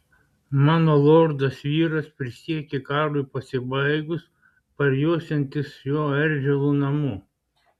mano lordas vyras prisiekė karui pasibaigus parjosiantis šiuo eržilu namo